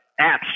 apps